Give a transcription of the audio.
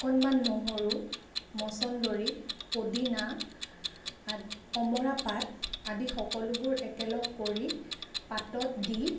অকণমান নহৰু মছন্দৰী পদিনা আদ অমৰা পাত আদি সকলোবোৰ একেলগ কৰি পাতত দি